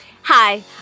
Hi